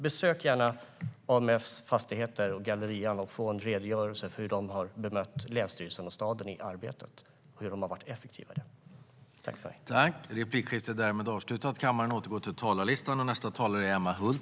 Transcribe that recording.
Besök gärna AMF Fastigheter och Gallerian och få en redogörelse för hur de har bemött länsstyrelsen och staden i arbetet och hur effektiva de har varit i detta.